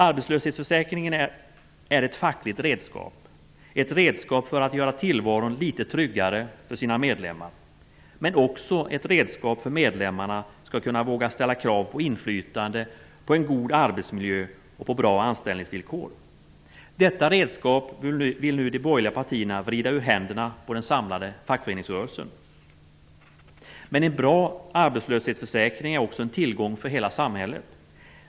Arbetslöshetsförsäkringen är ett fackligt redskap. Ett redskap för att göra tillvaron lite tryggare för medlemmarna, men också ett redskap för att medlemmarna skall våga ställa krav på inflytande, arbetsmiljö och anställningsvillkor. Detta redskap vill nu de borgerliga partierna vrida ur händerna på den samlade fackföreningsrörelsen. Men en bra arbetslöshetsförsäkring är också en tillgång för hela samhället.